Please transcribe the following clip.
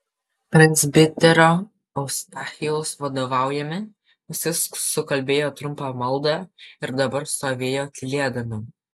presbiterio eustachijaus vadovaujami visi sukalbėjo trumpą maldą ir dabar stovėjo tylėdami